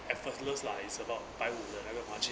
effortless lah it's about 百五那个 margin